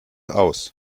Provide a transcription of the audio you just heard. aus